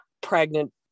pregnant